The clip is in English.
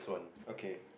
okay